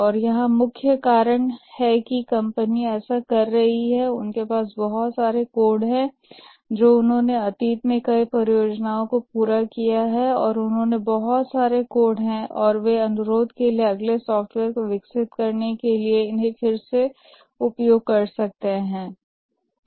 और यही मुख्य कारण है कि कंपनियां ऐसा कर रही हैं उनके पास बहुत सारे कोड हैं जो उन्होंने अतीत में कई परियोजनाओं को पूरा किया है और वे अनुरोध किए गए अगले सॉफ़्टवेयर को विकसित करने के लिए उन बहुत सारे कोड काफिर से उपयोग कर सकते हैं